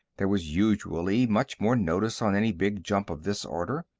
there was usually much more notice on any big jump of this order.